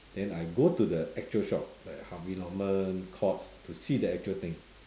then I go to the actual shop like harvey norman courts to see the actual thing